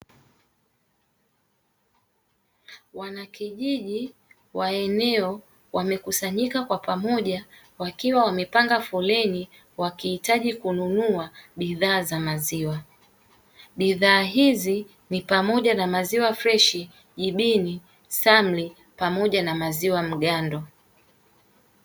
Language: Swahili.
Wanakijiji wa eneo wamekusanyika kwa pamoja wakiwa wamepanga foleni wakihitaji kununua bidhaa za maziwa. Bidhaa hizi ni pamoja na maziwa freshi, jibini, samli pamoja na maziwa mgando.